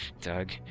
Doug